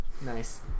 Nice